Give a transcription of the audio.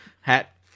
hat